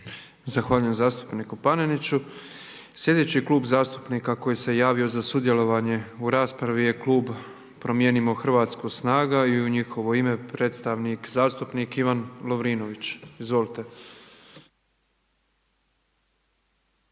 Zahvaljujem zastupniku Paneniću. Sljedeći klub zastupnika koji se javio za sudjelovanje u raspravi je klub Promijenimo Hrvatsku, SNAGA i u njihovo ime, predstavnik zastupnik Ivan Lovrinović. Izvolite.